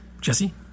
Jesse